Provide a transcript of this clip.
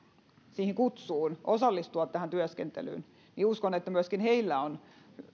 kutsuun osallistua tähän työskentelyyn niin uskon että myöskin heillä on